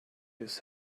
this